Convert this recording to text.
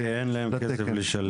כן, כי אין להם כסף לשלם להם.